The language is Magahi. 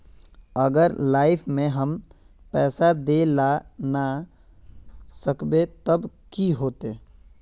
अगर लाइफ में हैम पैसा दे ला ना सकबे तब की होते?